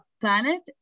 planet